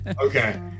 Okay